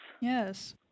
Yes